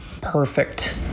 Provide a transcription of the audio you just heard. perfect